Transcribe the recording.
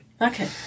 Okay